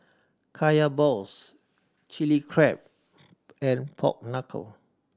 Kaya balls Chilli Crab and pork knuckle